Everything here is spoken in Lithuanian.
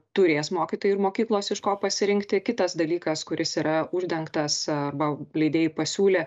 turės mokytojai ir mokyklos iš ko pasirinkti kitas dalykas kuris yra uždengtas arba leidėjai pasiūlė